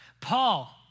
Paul